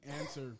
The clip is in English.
answer